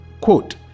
quote